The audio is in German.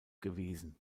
gewesen